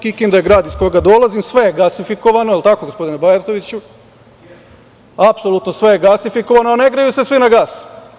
Kikinda, grad iz kojeg dolazim, sve je gasifikovano, jel tako, gospodine Bajatoviću, apsolutno sve je gasifikovano a ne greju se svi na gas.